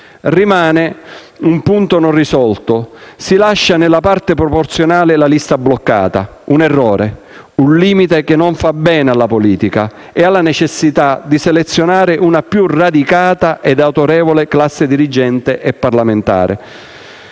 Rimane un punto non risolto. Si lascia, nella parte proporzionale, la lista bloccata: un errore, un limite che non fa bene alla politica e alla necessità di selezionare una più radicata e autorevole classe dirigente e parlamentare.